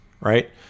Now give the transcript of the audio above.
right